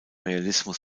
realismus